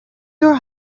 your